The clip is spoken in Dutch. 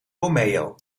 romeo